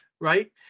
right